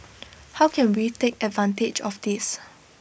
how can we take advantage of this